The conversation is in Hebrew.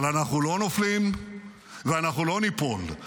אבל אנחנו לא נופלים ואנחנו לא ניפול.